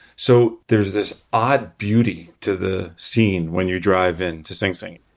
so there's this odd beauty to the scene when you drive in to sing sing.